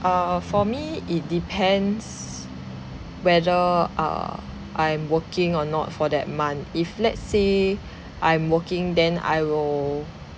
err for me it depends whether err I'm working or not for that month if let's say I'm working then I will